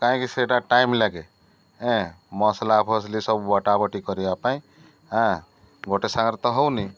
କାହିଁକି ସେଇଟା ଟାଇମ୍ ଲାଗେ ଏଁ ମସଲା ଫସଲି ସବୁ ବଟାବଟି କରିବା ପାଇଁ ଆଁ ଗୋଟେ ସାଙ୍ଗରେ ତ ହଉନି